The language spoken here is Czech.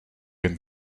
jen